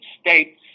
states